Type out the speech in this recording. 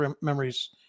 memories